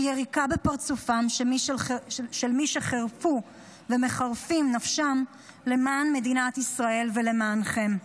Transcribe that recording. יריקה בפרצופם של מי שחירפו ומחרפים נפשם למען מדינת ישראל ולמענכם.